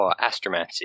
astromancy